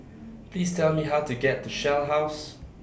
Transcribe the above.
Please Tell Me How to get to Shell House